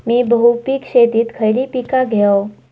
मी बहुपिक शेतीत खयली पीका घेव?